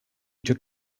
took